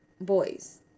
boys